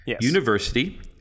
university